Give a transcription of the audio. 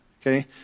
Okay